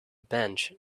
bench